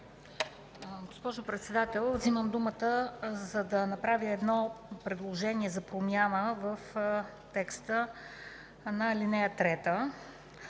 Госпожо Председател, вземам думата, за да направя предложение за промяна в текста на ал. 3,